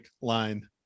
line